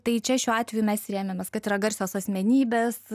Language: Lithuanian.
tai čia šiuo atveju mes rėmėmės kad yra garsios asmenybės